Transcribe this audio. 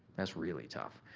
that's really tough.